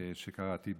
שקראתי